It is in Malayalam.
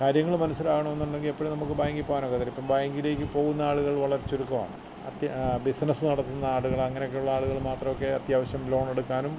കാര്യങ്ങൾ മനസ്സിലാവാണമെന്നുണ്ടെങ്കിൽ എപ്പോഴും നമുക്ക് ബാങ്കിപ്പോവാൻ ഒക്കത്തില്ല ഇപ്പം ബാങ്കിലേക്ക് പോകുന്ന ആളുകള് വളരെ ചുരുക്കമാണ് ബിസിനസ് നടത്തുന്ന ആളുകള് അങ്ങനെക്കെയുള്ള ആളുകള് മാത്രം ഒക്കെ അത്യാവശ്യം ലോണെടുക്കാനും